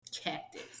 Cactus